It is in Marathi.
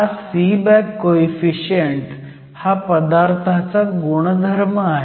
हा सीबॅक कोईफिशियंट हा पदार्थाचा गुणधर्म आहे